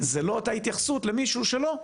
זו לא אותה התייחסות למישהו שלא.